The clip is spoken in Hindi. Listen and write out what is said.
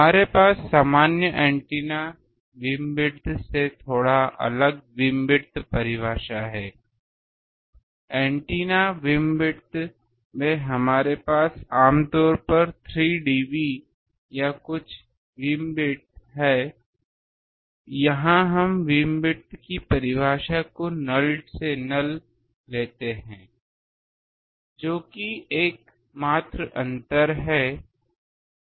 हमारे पास सामान्य एंटीना बिम्विदथ से थोड़ा अलग बिम्विदथ परिभाषा है एंटीना बिम्विदथ में हमारे पास आम तौर पर 3 dB या कुछ बिम्विदथ हैं यहां हम बिम्विदथ परिभाषा को नल से नल लेते हैं जो कि एकमात्र अंतर है